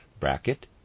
Bracket